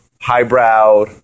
highbrow